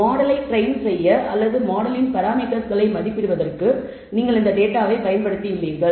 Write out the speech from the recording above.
மாடலை ட்ரைன் செய்ய அல்லது மாடலின் பாராமீட்டர்ஸ்க்களை மதிப்பிடுவதற்கு நீங்கள் டேட்டாவை பயன்படுத்தியுள்ளீர்கள்